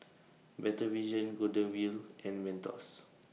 Better Vision Golden Wheel and Mentos